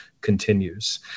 continues